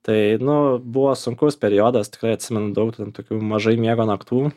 tai nu buvo sunkus periodas tikrai atsimenu daug ten tokių mažai miego naktų